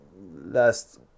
last